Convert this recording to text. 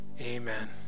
Amen